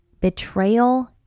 betrayal